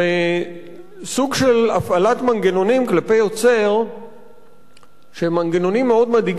סוג של הפעלת מנגנונים כלפי יוצר שהם מנגנונים מאוד מדאיגים,